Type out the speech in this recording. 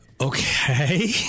Okay